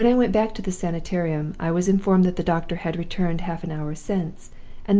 when i went back to the sanitarium, i was informed that the doctor had returned half an hour since,